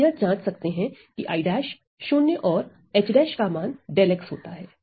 आप यह जांच सकते हैं की I′ शून्य और H′ का मान 𝛿 होता है